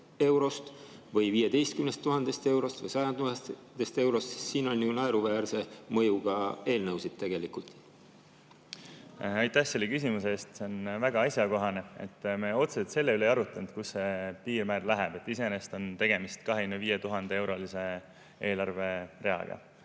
või 15 000 eurost või 100 000 eurost? Sest siin on ju naeruväärse mõjuga eelnõusid tegelikult. Aitäh selle küsimuse eest! See on väga asjakohane. Me otseselt seda ei arutanud, kust see piirmäär läheb. Iseenesest on tegemist 25 000-eurolise eelarvereaga.